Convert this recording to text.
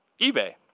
eBay